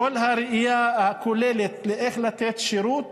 בכל הראייה הכוללת איך לתת שירות.